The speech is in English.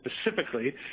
Specifically